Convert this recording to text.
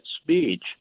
speech